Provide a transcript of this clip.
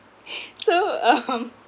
so um